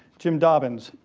jim dobbins,